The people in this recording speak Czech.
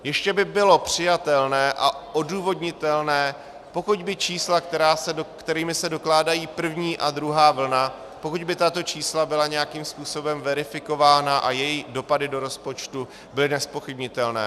Ještě by bylo přijatelné a odůvodnitelné, pokud by čísla, kterými se dokládají první a druhá vlna, pokud by tato čísla byla nějakým způsobem verifikována a jejich dopady do rozpočtu byly nezpochybnitelné.